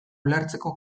ulertzeko